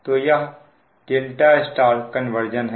तो यह ∆ Y conversion है